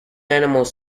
animals